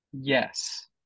yes